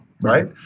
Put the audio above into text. right